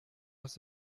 aus